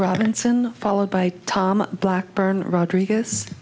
robinson followed by tom blackburn rodrigues